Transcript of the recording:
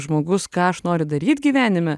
žmogus ką aš noriu daryt gyvenime